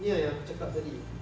ni yang aku cakap tadi